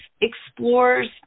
explores